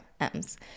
M's